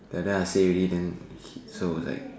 ya then I say already sir was like